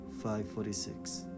5.46